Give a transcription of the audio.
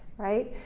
right?